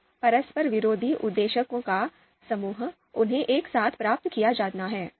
तो परस्पर विरोधी उद्देश्यों का समूह उन्हें एक साथ प्राप्त किया जाना है